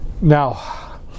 Now